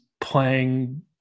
playing